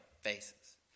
faces